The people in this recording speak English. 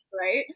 right